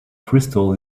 crystals